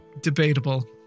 debatable